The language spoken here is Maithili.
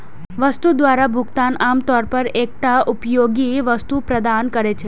वस्तु द्वारा भुगतान आम तौर पर एकटा उपयोगी वस्तु प्रदान करै छै